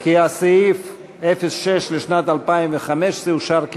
כי סעיף 06 לשנת התקציב 2015 אושר,